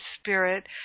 Spirit